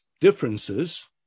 differences